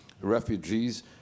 refugees